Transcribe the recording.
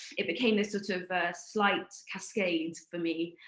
it became this sort of slight cascade for me,